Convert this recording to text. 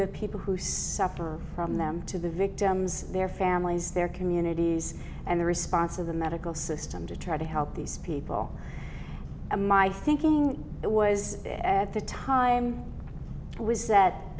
the people who suffer from them to the victims their families their communities and the response of the medical system to try to help these people to my thinking it was at the time was that